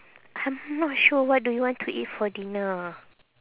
I'm not sure what do you want to eat for dinner